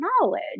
knowledge